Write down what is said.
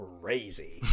crazy